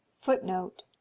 footnote